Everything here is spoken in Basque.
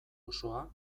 osoa